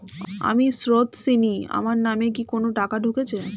আমি স্রোতস্বিনী, আমার নামে কি কোনো টাকা ঢুকেছে?